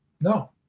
No